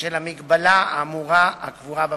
של ההגבלה האמורה הקבועה בפקודה.